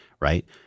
right